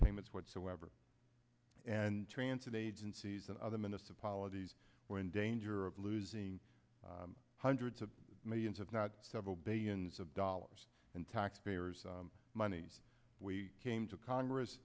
payments whatsoever and transit agencies and other minister apologies were in danger of losing hundreds of millions if not several billions of dollars in taxpayers money we came to congress